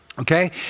Okay